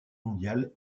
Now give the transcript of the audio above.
mondiale